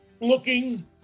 looking